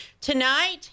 Tonight